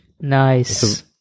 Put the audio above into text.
nice